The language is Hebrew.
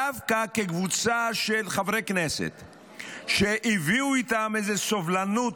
דווקא כקבוצה של חברי כנסת שהביאו איתם איזו סובלנות,